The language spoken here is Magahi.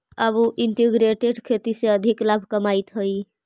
अब उ इंटीग्रेटेड खेती से अधिक लाभ कमाइत हइ